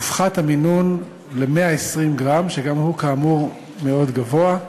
הופחת המינון ל-120 גרם, שגם הוא כאמור מאוד גבוה.